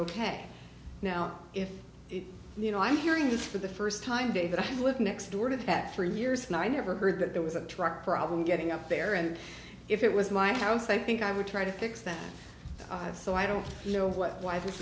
ok now if you know i'm hearing this for the first time david i'm looking next door to the back three years and i never heard that there was a truck problem getting up there and if it was my house i think i would try to fix that i have so i don't know what why th